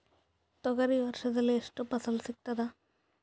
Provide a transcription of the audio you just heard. ತೊಗರಿ ವರ್ಷದಲ್ಲಿ ಎಷ್ಟು ಫಸಲ ಸಿಗತದ?